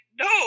no